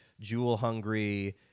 jewel-hungry